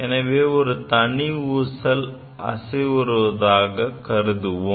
எனவே ஒரு தனி ஊசல் அசைவுறுவதாக கருதுவோம்